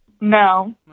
No